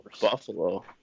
Buffalo